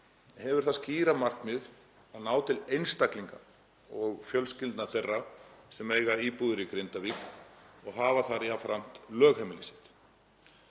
hefur það skýra markmið að ná til einstaklinga og fjölskyldna þeirra sem eiga íbúðir í Grindavík og hafa þar jafnframt lögheimili sitt.